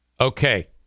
okay